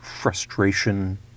frustration